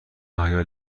آیا